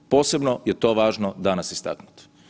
Posebno je to važno danas istaknuti.